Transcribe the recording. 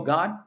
God